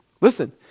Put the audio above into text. Listen